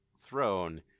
throne